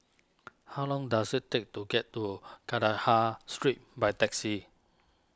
how long does it take to get to Kandahar Street by taxi